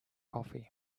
coffee